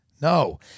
No